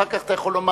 אחר כך אתה יכול לומר,